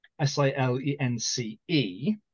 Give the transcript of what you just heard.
S-I-L-E-N-C-E